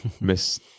miss